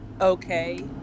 Okay